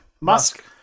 Musk